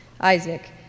isaac